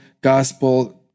gospel